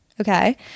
Okay